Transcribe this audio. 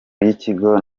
y’ikigo